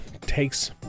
takes